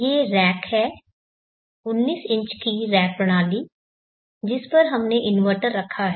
ये रैक हैं 19 इंच की रैक प्रणाली जिस पर हमने इन्वर्टर रखा है